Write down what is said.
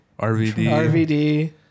RVD